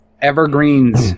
evergreens